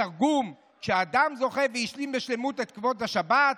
בתרגום: כשאדם זוכה והשלים בשלמות את כבוד השבת,